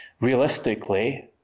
realistically